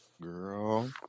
Girl